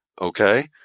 Okay